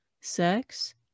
sex